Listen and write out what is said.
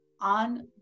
on